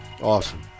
Awesome